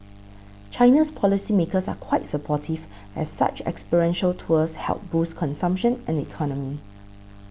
China's policy makers are quite supportive as such experiential tours help boost consumption and the economy